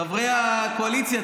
חברי הקואליציה,